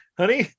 honey